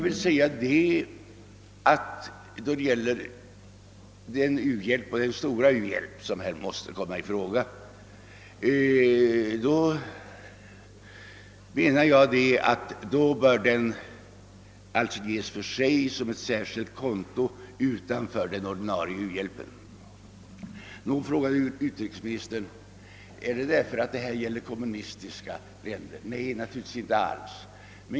Då det gäller den stora u-hjälp som här måste komma i fråga, menar jag att den skall ges för sig på ett särskilt konto utanför den ordinarie u-hjälpen. Med anledning av den ståndpunkten frågade utrikesministern: Är det för att det gäller kommunistiska länder? Nej, naturligtvis inte alls.